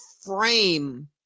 frame